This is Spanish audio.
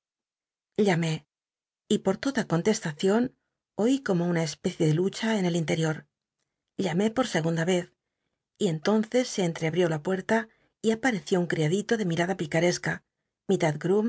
lamé y por toda contcstacion oí como una especie de lucha en el interior llamé por segunda rez y entonces se entreabl'io la puerta y apareció un criadito de mirada picaresca mitad